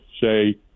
say